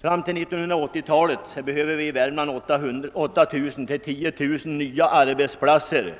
Fram till 1980-talet behöver vi i Värmland 8 000—10 000 nya arbetsplatser